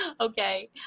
Okay